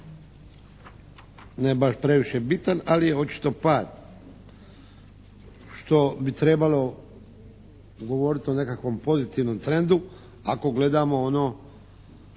ne baš previše bitan, ali je očito pad što bi trebalo govoriti o nekakvom pozitivnom trendu ako gledamo ono